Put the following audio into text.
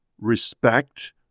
respect